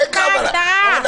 יש כבר הגדרה.